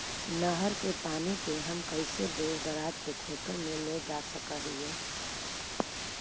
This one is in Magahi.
नहर के पानी के हम कैसे दुर दराज के खेतों में ले जा सक हिय?